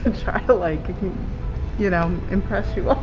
to try to like you know impress you all.